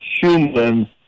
human